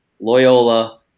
Loyola